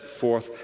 forth